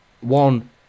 one